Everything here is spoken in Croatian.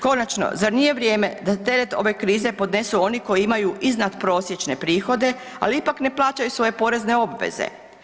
Konačno, zar nije vrijeme da teret ove krize podnesu oni koji imaju iznad prosječne prihode, ali ipak ne plaćaju svoje porezne obveze?